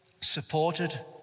supported